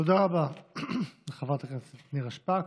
תודה רבה, חברת הכנסת נירה שפק.